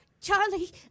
Charlie